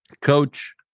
Coach